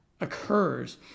occurs